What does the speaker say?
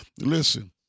Listen